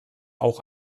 auch